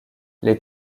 les